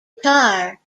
guitar